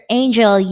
angel